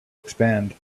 expand